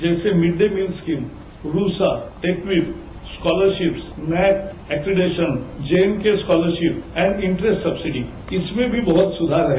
जैसे mid day meal scheme RUSA TEQIP scholarships accreditation J N K scholarship and interest subsidy इसमें भी बहुत सुधार है